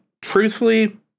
Truthfully